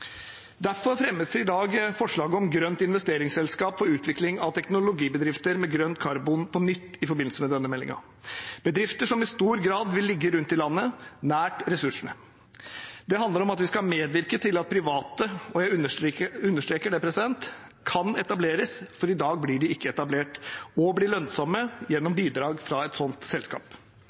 Derfor fremmes det i dag på nytt forslag om grønt investeringsselskap for utvikling av teknologibedrifter med grønt karbon i forbindelse med denne meldingen, bedrifter som i stor grad vil ligge rundt i landet, nær ressursene. Det handler om at vi skal medvirke til at private – og jeg understreker det – kan etableres, for i dag blir de ikke etablert, og bli lønnsomme gjennom bidrag fra et sånt selskap.